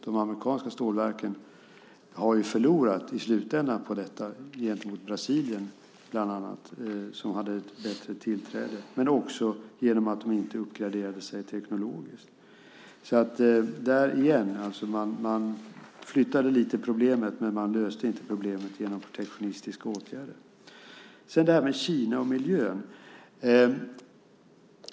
De amerikanska stålverken har i slutändan förlorat på detta gentemot bland annat Brasilien, som hade ett bättre tillträde, men också genom att de inte uppgraderade sig teknologiskt. Man flyttade problemet lite, men man löste inte problemet genom protektionistiska åtgärder. Sedan var det Kina och miljön.